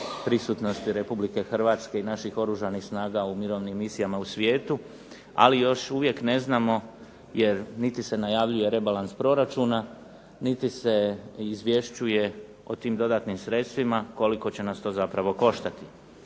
prisutnosti Republike Hrvatske i naših Oružanih snaga u mirovnim misijama u svijetu. Ali još uvijek ne znamo jer niti se najavljuje rebalans proračuna, niti se izvješćuje o tim dodatnim sredstvima koliko će nas to zapravo koštati.